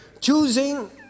Choosing